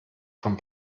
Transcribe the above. von